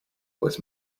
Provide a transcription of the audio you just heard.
was